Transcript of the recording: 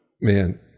Man